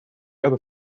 other